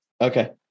Okay